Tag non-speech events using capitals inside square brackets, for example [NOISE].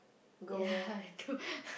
ya [LAUGHS]